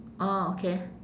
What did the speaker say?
orh okay